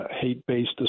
hate-based